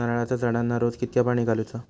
नारळाचा झाडांना रोज कितक्या पाणी घालुचा?